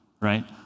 right